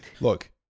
Look